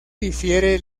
difiere